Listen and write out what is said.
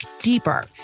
deeper